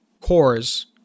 cores